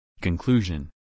Conclusion